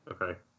Okay